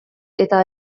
eta